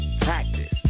practice